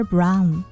Brown